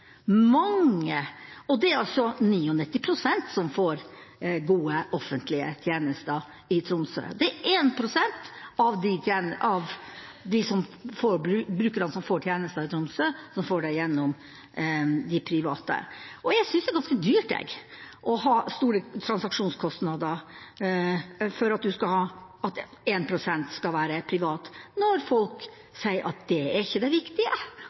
mange. Det er 99 pst. som får gode offentlige tjenester i Tromsø, og det er 1 pst. av brukerne som får tjenester i Tromsø, som får det gjennom de private. Jeg synes det er ganske dyrt å ha store transaksjonskostnader for at 1 pst. skal være privat når folk sier at det ikke er det viktige.